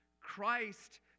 Christ